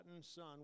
son